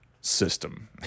system